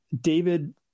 david